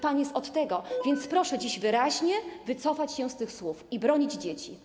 Pan jest od tego, więc proszę dziś wyraźnie wycofać się z tych słów i bronić dzieci.